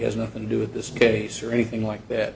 has nothing to do with this case or anything like that